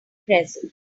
present